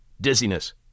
dizziness